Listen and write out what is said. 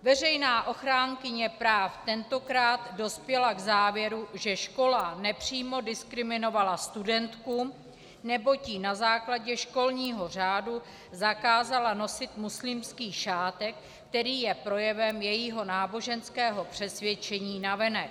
Veřejná ochránkyně práv tentokrát dospěla k závěru, že škola nepřímo diskriminovala studentku, neboť jí na základě školního řádu zakázala nosit muslimský šátek, který je projevem jejího náboženského přesvědčení navenek.